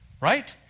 Right